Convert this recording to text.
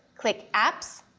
click apps,